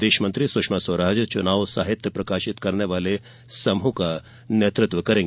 विदेश मंत्री सुषमा स्वराज चुनाव साहित्य प्रकाशित करने वाले समूह का नेतृत्व करेंगी